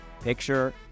Picture